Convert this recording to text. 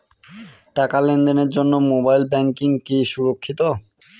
টাকা লেনদেনের জন্য মোবাইল ব্যাঙ্কিং কি সুরক্ষিত?